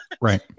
Right